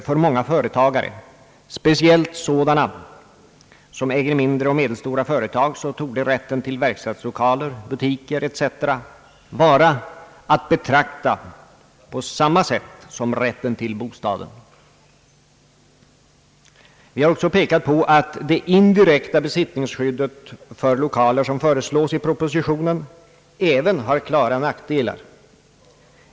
för många företagare, speciellt sådana som äger mindre och medelstora företag, skall vara att betrakta på samma sätt som rätten till bostaden. Vi har också pekat på att det indirekta besittningsskydd för lokaler som föreslås i propositionen även har klara nackdelar.